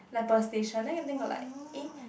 like per station then I think got like eh